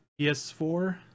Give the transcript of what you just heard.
PS4